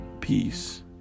Peace